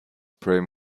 prem